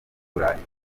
burayi